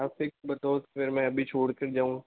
आप फिक्स बताओ फिर में अभी छोड़ के जाऊँ